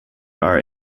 are